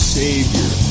savior